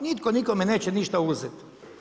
Nitko nikome neće ništa uzeti.